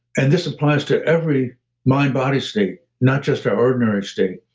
and this applies to every mind body state, not just our ordinary state,